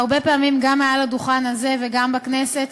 הרבה פעמים גם מעל הדוכן הזה וגם בכנסת,